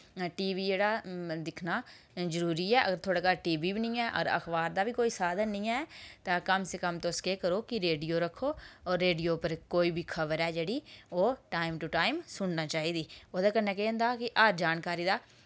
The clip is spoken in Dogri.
टीवी जेह्ड़ा दिक्खना जरूरी ऐ अगर थुआढे़ घर टीवी ऐ अगर थुआढ़े घर टीवी निं ऐ अगर अखबार दा बी कोई साधन निं ऐ तां कम से कम तुस केह् करो रेडियो रक्खो और रेडियो पर कोई बी खबर ऐ जेह्ड़ी ओह् टाईम टू टाईम सुनना चाहिदी औह्दे कन्नै केह् होंदा कि घर जानकारी दा